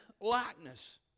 likeness